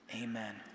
Amen